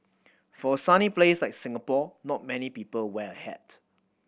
for a sunny place like Singapore not many people wear a hat